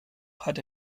hat